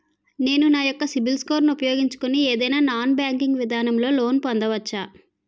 నేను నా యెక్క సిబిల్ స్కోర్ ను ఉపయోగించుకుని ఏదైనా నాన్ బ్యాంకింగ్ విధానం లొ లోన్ పొందవచ్చా?